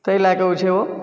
ताहि लयके ओ छै ओ